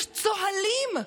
יש צוהלים,